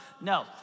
No